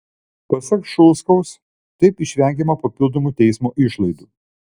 pasak šulskaus taip išvengiama papildomų teismo išlaidų